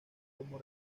como